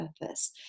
purpose